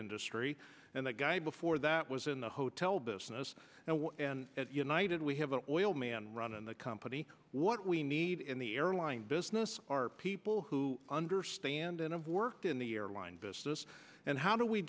industry and the guy before that was in the hotel business and at united we have an oil man running the company what we need in the airline business are people who understand and have worked in the airline business and how do we